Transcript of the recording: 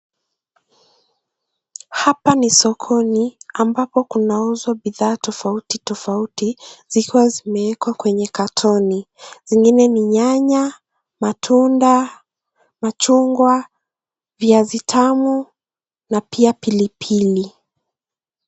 Hapa ni sokoni ambapo kunauzwa bidhaa tofauti tofauti zikiwa zimewekwa kwenye carton .Zingine ni nyanya, matunda ,machungwa, viazi tamu na pia pilipili.